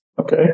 Okay